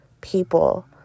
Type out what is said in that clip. people